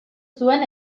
zuen